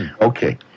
Okay